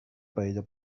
paella